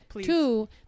Two